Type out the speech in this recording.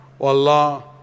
Allah